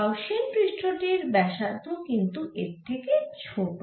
Gaussian পৃষ্ঠ টির ব্যাসার্ধ কিন্তু এর থেকে ছোট